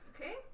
Okay